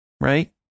right